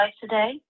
today